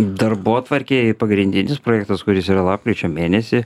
darbotvarkėj pagrindinis projektas kuris yra lapkričio mėnesį